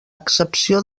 excepció